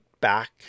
back